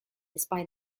despite